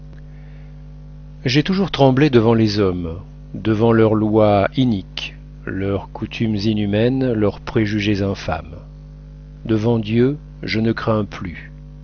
j'ai toujours tremblé devant les hommes devant leurs lois iniques leurs coutumes inhumaines les préjugés infâmes devant dieu je ne crains plus